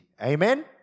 Amen